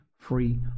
free